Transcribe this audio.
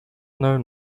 known